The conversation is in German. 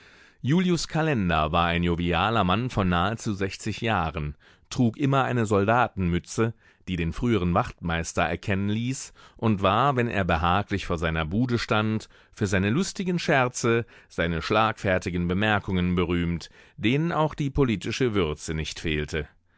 julius kalender war ein jovialer mann von nahezu sechzig jahren trug immer eine soldatenmütze die den früheren wachtmeister erkennen ließ und war wenn er behaglich vor seiner bude stand für seine lustigen scherze seine schlagfertigen bemerkungen berühmt denen auch die politische würze nicht fehlte